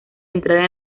entrar